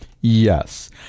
Yes